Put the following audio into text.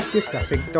Discussing